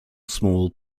small